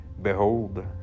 Behold